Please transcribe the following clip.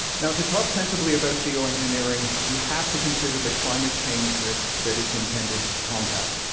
now, to talk sensibly about geoengineering, you have to consider the climate change risks that it's intended to combat,